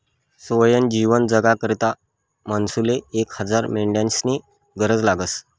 सोयनं जीवन जगाकरता मानूसले एक हजार मेंढ्यास्नी गरज लागस